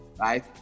right